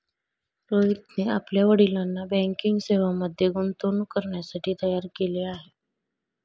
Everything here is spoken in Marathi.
रोहितने आपल्या वडिलांना बँकिंग सेवांमध्ये गुंतवणूक करण्यासाठी तयार केले आहे